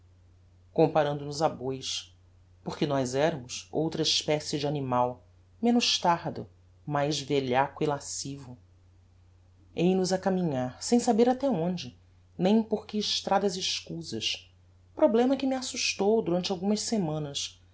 comparando nos a bois porque nós eramos outra especie de animal menos tardo mais velhaco e lascivo eis nos a caminhar sem saber até onde nem porque estradas escusas problema que me assustou durante algumas semanas